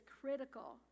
critical